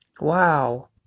Wow